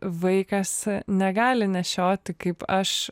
vaikas negali nešioti kaip aš